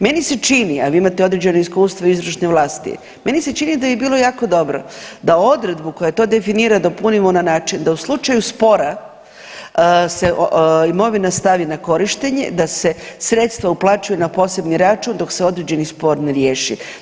Meni se čini, a vi imate određeno iskustvo u izvršnoj vlasti, meni se čini da bi bilo jako dobro da odredbu koja to definira dopunimo na način da u slučaju spora se imovina stavi na korištenje, da se sredstva uplaćuju na posebni račun dok se određeni spor ne riješi.